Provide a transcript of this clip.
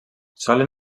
solen